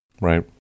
Right